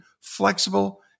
flexible